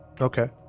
Okay